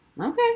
Okay